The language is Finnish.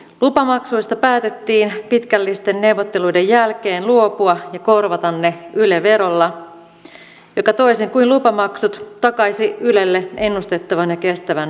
lupamaksuista päätettiin pitkällisten neuvotteluiden jälkeen luopua ja korvata ne yle verolla joka toisin kuin lupamaksut takaisi ylelle ennustettavan ja kestävän rahoituspohjan